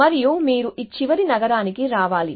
మరియు మీరు ఈ చివరి నగరానికి రావాలి